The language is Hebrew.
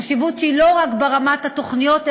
חשיבות שהיא לא רק ברמת התוכניות,